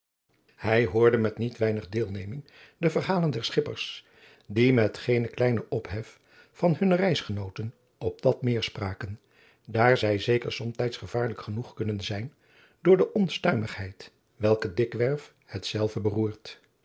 hij hoorde met niet weinig deelneming de verhalen der schippers die met geenen kleinen ophef van hunne reistogten op dat meer spraken daar zij zeker somtijds gevaarlijk genoeg kunnen zijn door de onstuimigheid welke dikwerf hetzelve beroert